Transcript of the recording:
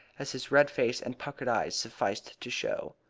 as his red face and puckered eyes sufficed to show.